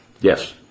yes